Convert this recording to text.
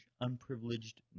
unprivileged